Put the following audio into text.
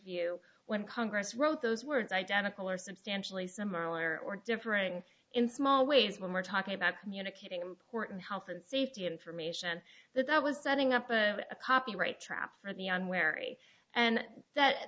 view when congress wrote those words identical or substantially similar or differing in small ways when we're talking about communicating important health and safety information but that was setting up a copyright trap for the unwary and